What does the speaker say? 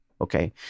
Okay